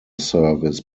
service